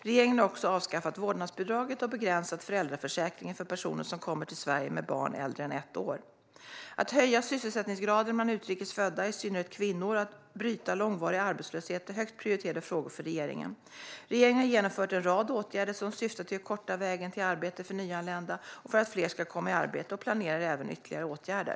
Regeringen har också avskaffat vårdnadsbidraget och begränsat föräldraförsäkringen för personer som kommer till Sverige med barn som är äldre än ett år. Att höja sysselsättningsgraden bland utrikes födda, i synnerhet kvinnor, och att bryta långvarig arbetslöshet är högt prioriterade frågor för regeringen. Regeringen har vidtagit en rad åtgärder med syftet att korta vägen till arbete för nyanlända och för att fler ska komma i arbete. Vi planerar även ytterligare åtgärder.